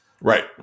Right